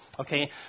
Okay